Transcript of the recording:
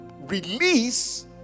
release